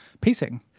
pacing